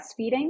breastfeeding